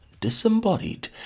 disembodied